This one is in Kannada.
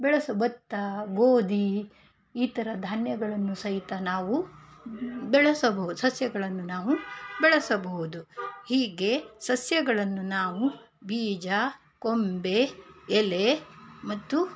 ಬೆಳೆಸು ಭತ್ತ ಗೋಧಿ ಈ ಥರ ಧಾನ್ಯಗಳನ್ನು ಸಹಿತ ನಾವು ಬೆಳೆಸಬಹುದು ಸಸ್ಯಗಳನ್ನು ನಾವು ಬೆಳೆಸಬಹುದು ಹೀಗೆ ಸಸ್ಯಗಳನ್ನು ನಾವು ಬೀಜ ಕೊಂಬೆ ಎಲೆ ಮತ್ತು